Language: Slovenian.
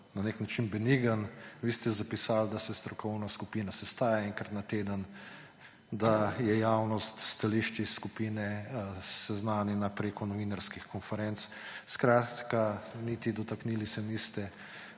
na nek način benigen. Vi ste zapisali, da se strokovna skupina sestaja enkrat na teden, da je javnost s stališči skupine seznanjena prek novinarskih konferenc. Niti dotaknili se niste